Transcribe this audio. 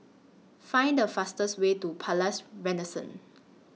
Find The fastest Way to Palais Renaissance